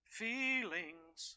feelings